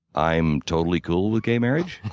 i'm totally cool with gay marriage.